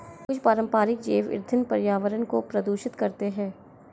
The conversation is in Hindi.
कुछ पारंपरिक जैव ईंधन पर्यावरण को प्रदूषित करते हैं